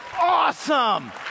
awesome